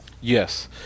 yes